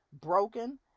broken